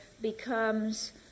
becomes